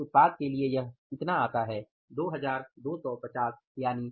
तो इस उत्पाद के लिए यह इतना आता है 2250